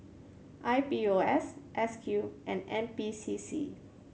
I P O S S Q and N P C C